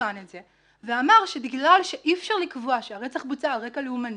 בחן את זה ואמר שבגלל שאי-אפשר לקבוע שהרצח בוצע על רקע לאומני,